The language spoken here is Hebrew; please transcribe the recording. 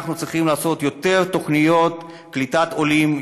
אנחנו צריכים לעשות יותר תוכניות לקליטת עולים,